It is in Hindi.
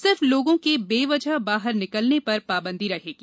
सिर्फ लोगों के बेवजह बाहर निकलने पर पाबंदी रहेगी